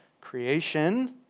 creation